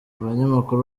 abanyamakuru